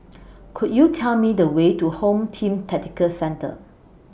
Could YOU Tell Me The Way to Home Team Tactical Centre